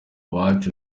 wacu